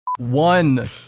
One